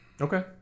Okay